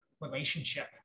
relationship